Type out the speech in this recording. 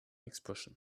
expression